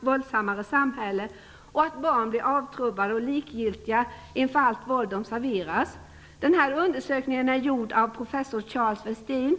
våldsammare samhälle och att barn blir avtrubbade och likgiltiga inför allt våld som de serveras. Denna undersökning är gjord av professor Charles Westin.